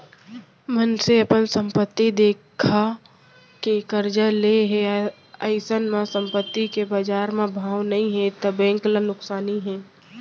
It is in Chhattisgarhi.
मनसे अपन संपत्ति देखा के करजा ले हे अइसन म संपत्ति के बजार म भाव नइ हे त बेंक ल नुकसानी हे